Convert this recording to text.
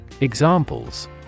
Examples